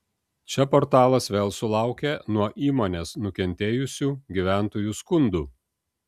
čia portalas vėl sulaukė nuo įmonės nukentėjusių gyventojų skundų